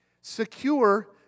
Secure